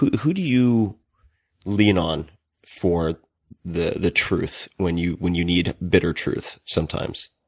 who who do you lean on for the the truth when you when you need bitter truth sometimes?